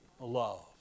love